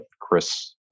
chris